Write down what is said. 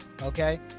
okay